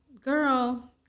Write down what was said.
Girl